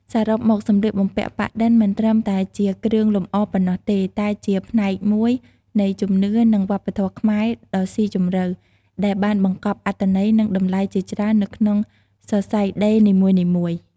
សរុបមកសម្លៀកបំពាក់ប៉ាក់-ឌិន មិនត្រឹមតែជាគ្រឿងលម្អប៉ុណ្ណោះទេ តែជា ផ្នែកមួយនៃជំនឿ និងវប្បធម៌ខ្មែរដ៏ស៊ីជម្រៅ ដែលបានបង្កប់អត្ថន័យ និងតម្លៃជាច្រើននៅក្នុងសរសៃដេរនីមួយៗ។